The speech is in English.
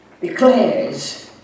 declares